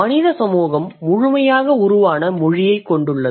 மனித சமூகம் முழுமையாக உருவான மொழியைக் கொண்டுள்ளது